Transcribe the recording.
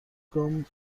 گام